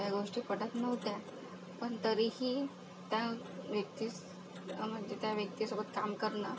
त्या गोष्टी पटत नव्हत्या पण तरीही त्या व्यक्तीस म्हणजे त्या व्यक्तीसोबत काम करणं